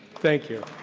thank you.